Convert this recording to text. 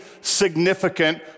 significant